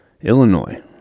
Illinois